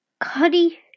Cuddy